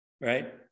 right